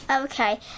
Okay